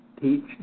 Teach